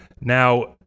now